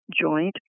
joint